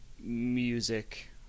music